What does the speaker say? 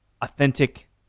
authentic